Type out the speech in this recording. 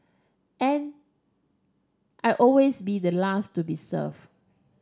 and I'd always be the last to be serve